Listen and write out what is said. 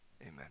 amen